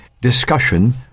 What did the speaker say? discussion